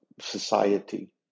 society